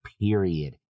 period